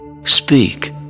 Speak